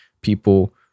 People